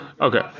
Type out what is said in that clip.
Okay